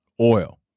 oil